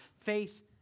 Faith